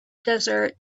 desert